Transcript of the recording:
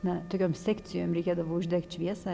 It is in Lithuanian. na tokiom sekcijom reikėdavo uždegt šviesą